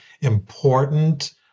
important